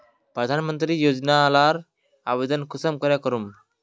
प्रधानमंत्री योजना लार आवेदन कुंसम करे करूम?